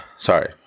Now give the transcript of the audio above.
Sorry